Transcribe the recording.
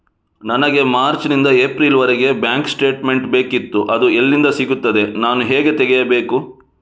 ನನಗೆ ಮಾರ್ಚ್ ನಿಂದ ಏಪ್ರಿಲ್ ವರೆಗೆ ಬ್ಯಾಂಕ್ ಸ್ಟೇಟ್ಮೆಂಟ್ ಬೇಕಿತ್ತು ಅದು ಎಲ್ಲಿಂದ ಸಿಗುತ್ತದೆ ನಾನು ಹೇಗೆ ತೆಗೆಯಬೇಕು?